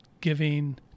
giving